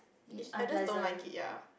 I just don't like it ya